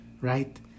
right